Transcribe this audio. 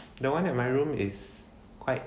the one that my room is quite